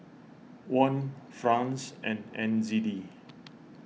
Won France and N Z D